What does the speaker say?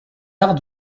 arts